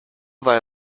weil